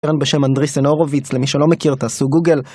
בשם אנדריסן הורוביץ, למי שלא מכיר תעשו גוגל